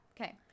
Okay